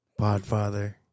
Podfather